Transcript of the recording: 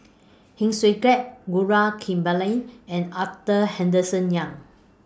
Heng Swee Keat Gaurav Kripalani and Arthur Henderson Young